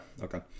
okay